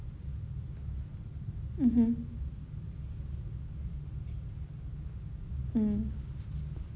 mmhmm mm